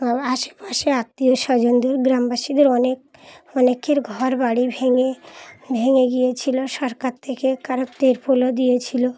আশেপাশে আত্মীয় স্বজনদের গ্রামবাসীদের অনেক অনেকের ঘর বাড়ি ভেঙে ভেঙে গিয়েছিলো সরকার থেকে কারাপ তিরপলও দিয়েছিলো